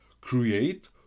Create